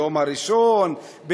היום הראשון,